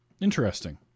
Interesting